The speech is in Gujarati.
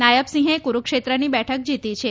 નાયબસિંહે કુરૂક્ષેત્રની બેઠક જીતી છે